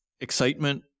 excitement